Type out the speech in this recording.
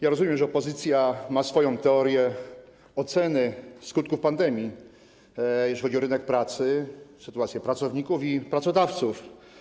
Ja rozumiem, że opozycja ma swoją teorię oceny skutków pandemii, jeśli chodzi o rynek pracy, sytuację pracowników i pracodawców.